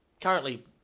currently